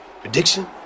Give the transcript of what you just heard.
Prediction